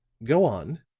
go on,